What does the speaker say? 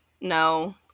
No